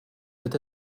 peut